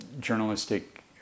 journalistic